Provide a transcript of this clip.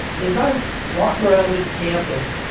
as i walk around this campus,